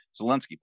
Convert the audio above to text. Zelensky